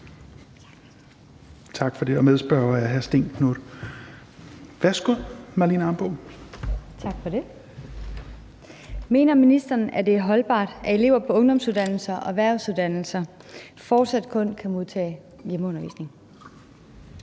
fru Marlene Ambo-Rasmussen. Kl. 16:15 Marlene Ambo-Rasmussen (V): Tak for det. Mener ministeren, at det er holdbart, at elever på ungdomsuddannelser og erhvervsuddannelser fortsat kun kan modtage hjemmeundervisning?